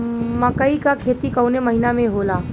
मकई क खेती कवने महीना में होला?